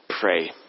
pray